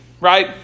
right